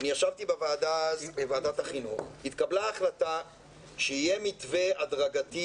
ישבתי בוועדת החינוך שיהיה מתווה הדרגתי